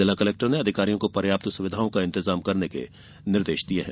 जिला कलेक्टर ने अधिकारियों को पर्याप्त सुविधाओं का इंतजाम करने के निर्देश दिये हैं